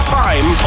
time